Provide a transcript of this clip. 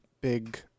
big